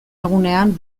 egunean